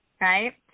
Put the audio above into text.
Right